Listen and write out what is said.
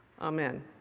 Amen